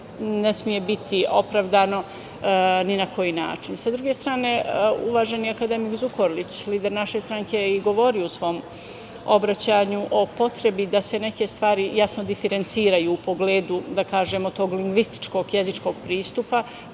ne sme biti opravdano ni na koji način. Sa druge strane, uvaženi akademik Zukorlić, lider naše stranke je govorio u svom obraćanju u potrebi da se neke stvari jasno diferenciraju u pogledu da kažemo tog ligvinstičog jezičkog pristupa,